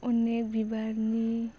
अनेक बिबारनि